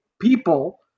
people